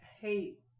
hate